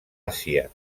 àsia